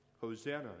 Hosanna